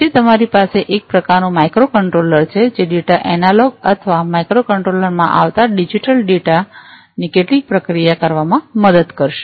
પછી તમારી પાસે એક પ્રકારનું માઇક્રો કંટ્રોલર છે જે ડેટા એનાલોગ અથવા માઇક્રો કંટ્રોલરમાં આવતા ડિજિટલ ડેટા ની કેટલીક પ્રક્રિયા કરવામાં મદદ કરશે